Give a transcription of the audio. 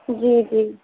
جی جی